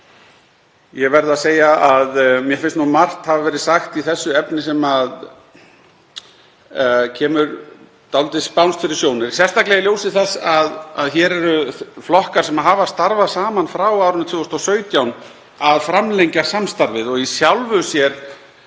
Ég verð að segja að mér finnst margt hafa verið sagt í þessu efni sem kemur dálítið spánskt fyrir sjónir, sérstaklega í ljósi þess að hér eru flokkar sem hafa starfað saman frá árinu 2017 að framlengja samstarfið. Í sjálfu sér